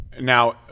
Now